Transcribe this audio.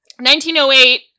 1908